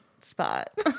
spot